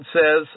says